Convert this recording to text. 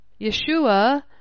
Yeshua